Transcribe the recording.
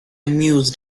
mused